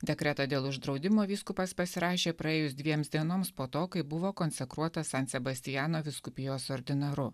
dekretą dėl uždraudimo vyskupas pasirašė praėjus dviems dienoms po to kai buvo konsekruotas san sebastiano vyskupijos ordinaru